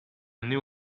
new